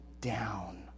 down